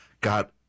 Got